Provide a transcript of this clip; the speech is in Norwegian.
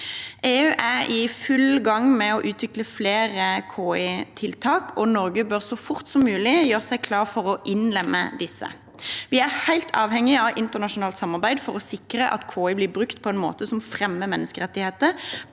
EU er i full gang med å utvikle flere KI-tiltak, og Norge bør så fort som mulig gjøre seg klar for å innlemme disse. Vi er helt avhengige av internasjonalt samarbeid for å sikre at KI blir brukt på en måte som fremmer menneskerettigheter,